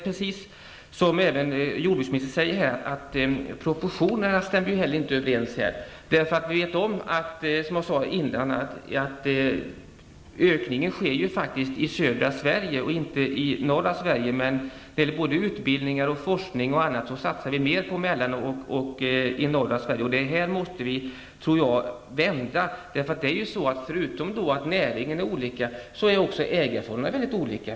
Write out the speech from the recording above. Precis som jordbruksministern säger stämmer inte proportionerna överens. Ökningen sker i södra Sverige -- inte i norra Sverige. Men när det gäller forskning och utbildning satsas det mer på Mellansverige och norra Sverige. Det här måste vi vända på. Förutom att näringarna är olika är också ägarformerna olika.